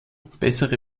bessere